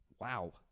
Wow